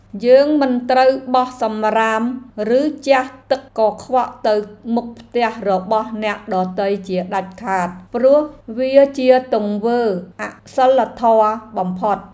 យើងមិនត្រូវបោះសំរាមឬជះទឹកកខ្វក់ទៅមុខផ្ទះរបស់អ្នកដទៃជាដាច់ខាត ព្រោះវាជាទង្វើអសីលធម៌បំផុត។